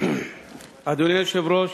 אדוני היושב-ראש,